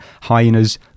hyenas